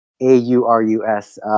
A-U-R-U-S